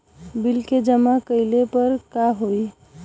Bill न जमा कइले पर का होई?